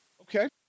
okay